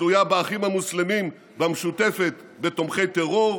שתלויה באחים המוסלמים, במשותפת, בתומכי טרור,